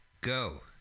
Go